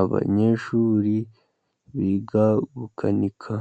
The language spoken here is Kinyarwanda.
Abanyeshuri biga gukanika.